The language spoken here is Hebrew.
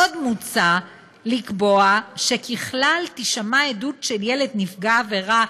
עוד מוצע לקבוע שככלל תישמע עדות של ילד נפגע עבירה,